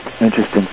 interesting